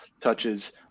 touches